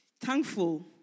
thankful